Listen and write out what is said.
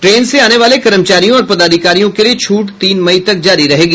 train से आने वाले कर्मचारियों और पदाधिकारियों के लिए छूट तीन मई तक जारी रहेगी